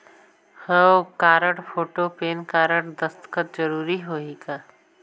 हव card, photo, PAN card, दस्खत जरूरी होही का?